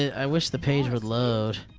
i wish the page would load.